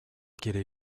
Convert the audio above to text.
quiere